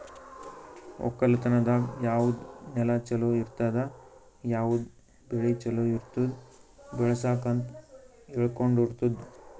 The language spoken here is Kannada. ಒಕ್ಕಲತನದಾಗ್ ಯಾವುದ್ ನೆಲ ಛಲೋ ಇರ್ತುದ, ಯಾವುದ್ ಬೆಳಿ ಛಲೋ ಇರ್ತುದ್ ಬೆಳಸುಕ್ ಅಂತ್ ಹೇಳ್ಕೊಡತ್ತುದ್